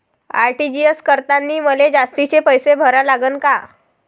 RTGS करतांनी मले जास्तीचे पैसे भरा लागन का?